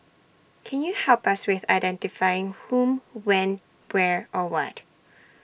can you help us with identifying who when where or what